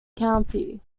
county